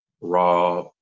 raw